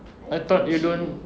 I thought you don't